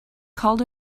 called